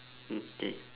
okay